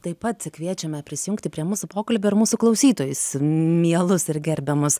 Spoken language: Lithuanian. taip pat kviečiame prisijungti prie mūsų pokalbio ir mūsų klausytojus mielus ir gerbiamus